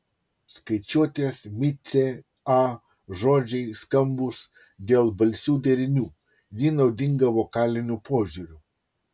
skaičiuotės micė a žodžiai skambūs dėl balsių derinių ji naudinga vokaliniu požiūriu